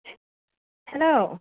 hello